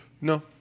No